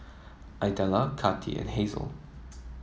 Idella Kati and Hazle